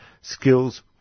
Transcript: skills